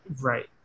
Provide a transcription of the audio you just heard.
right